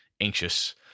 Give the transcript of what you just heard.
anxious